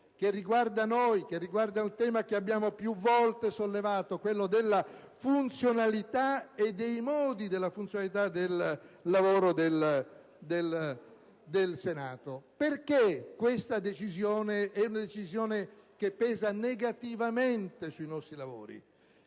che riguarda noi, che riguarda il tema che abbiamo più volte sollevato della funzionalità e dei modi della funzionalità del lavoro del Senato. Perché questa decisione pesa negativamente sui nostri lavori?